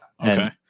Okay